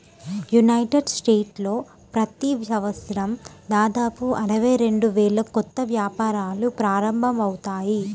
United స్టేట్స్లో ప్రతి సంవత్సరం దాదాపు అరవై రెండు వేల కొత్త వ్యాపారాలు ప్రారంభమవుతాయి